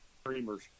streamers